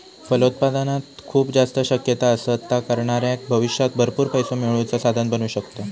फलोत्पादनात खूप जास्त शक्यता असत, ता करणाऱ्याक भविष्यात भरपूर पैसो मिळवुचा साधन बनू शकता